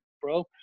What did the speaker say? bro